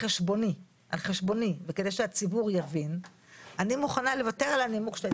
שהחוק ייכנס לתוקפו ביום שבו 90 אחוזים מהיישובים